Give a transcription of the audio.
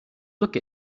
look